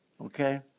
okay